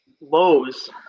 Lowe's